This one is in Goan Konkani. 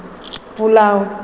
पुलाव